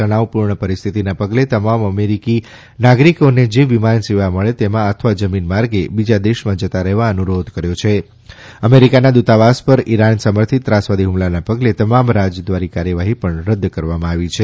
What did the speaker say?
તણાવપૂર્ણ પરિસ્થિતિના પગલે તમામ અમેરિકી નાગરિકોને જે વિમાન સેવા મળે તેમાં અથવા જમીન માર્ગે બીજા દેશમાં જતા રહેવા અનુરોધ કર્યો છે અમેરિકાના દૂતાવાસ પર ઇરાન સમર્થીત ત્રાસવાદી હ્મલાના પગલે તમામ રાજદ્વારી કાર્યવાહી પણ રદ્દ કરવામાં આવી છે